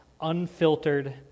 unfiltered